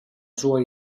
sua